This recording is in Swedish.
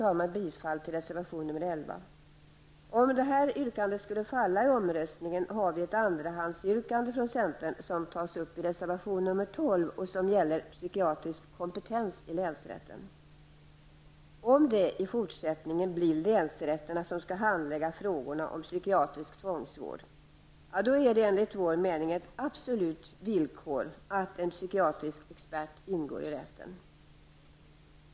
Jag yrkar bifall till reservation nr 11. Om det yrkandet skulle falla i omröstningen har centern ett andrahandsyrkande, som tas upp i reservation nr 12 och som gäller psykiatrisk kompetens i länsrätten. Om det i fortsättningen blir länsrätterna som skall handlägga frågorna om psykiatrisk tvångsvård är det enligt vår mening ett absolut villkor att en psykiatrisk expert ingår i rätten.